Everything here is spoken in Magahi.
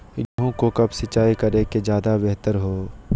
गेंहू को कब सिंचाई करे कि ज्यादा व्यहतर हो?